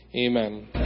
Amen